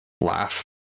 laugh